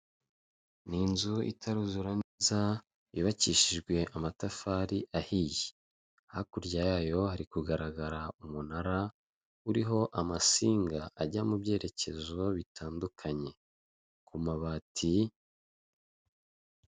Ni inzu itaruzura neza za yubakishijwe amatafari ahiye, hakurya yayo hari kugaragara umunara uriho amasinga ajya mu byerekezo bitandukanye ku mabati.